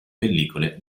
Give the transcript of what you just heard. pellicole